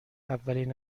اولین